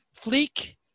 fleek